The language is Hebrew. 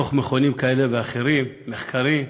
דוחות של מכונים כאלה ואחרים, מחקרים.